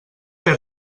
per